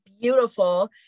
Beautiful